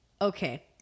Okay